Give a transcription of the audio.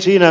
joo